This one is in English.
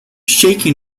shaking